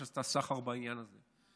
שממש עשתה סחר בעניין הזה.